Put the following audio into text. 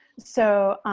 so,